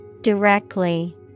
Directly